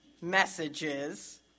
messages